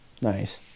nice